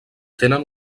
tenen